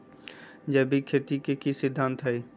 जैविक खेती के की सिद्धांत हैय?